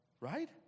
Right